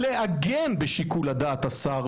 לעגן בשיקול את שיקול דעת השר,